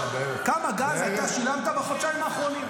כמה גז אתה שילמת בחודשיים האחרונים?